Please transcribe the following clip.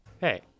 hey